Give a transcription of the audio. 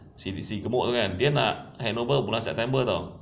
si gemuk tu kan dia nak handover bulan september [tau]